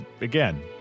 Again